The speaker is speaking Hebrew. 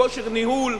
כושר ניהול,